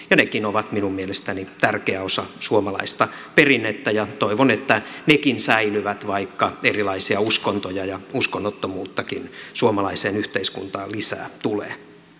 nekin ovat minun mielestäni tärkeä osa suomalaista perinnettä ja toivon että nekin säilyvät vaikka erilaisia uskontoja ja uskonnottomuuttakin suomalaiseen yhteiskuntaan lisää tulee